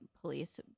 police